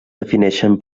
defineixen